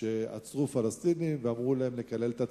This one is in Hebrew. שעצרו פלסטינים ואמרו להם לקלל את עצמם,